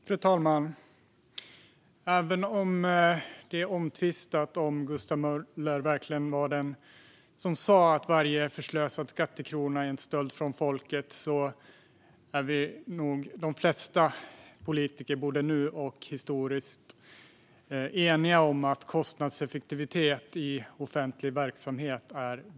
Fru talman! Även om det är omtvistat om Gustav Möller verkligen var den som sa att varje förslösad skattekrona är en stöld från folket är nog de flesta politiker både nu och historiskt eniga om att det är viktigt med kostnadseffektivitet i offentlig verksamhet.